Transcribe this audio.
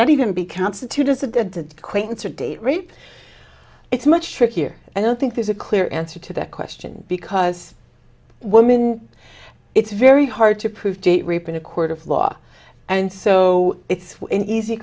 that even be constituted the quainter date rape it's much trickier i don't think there's a clear answer to that question because women it's very hard to prove date rape in a court of law and so it's an easy